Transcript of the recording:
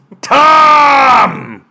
Tom